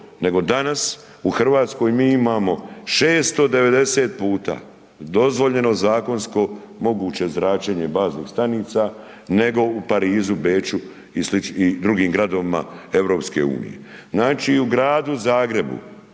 danas u Hrvatskoj mi imamo 690 puta dozvoljeno zakonsko moguće zračenje baznih stanica nego u Parizu, Beču i sličnim drugim gradovima EU. Znači u Gradu Zagrebu,